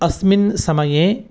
अस्मिन् समये